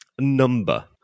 number